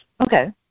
Okay